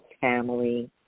family